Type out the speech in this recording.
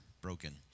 Broken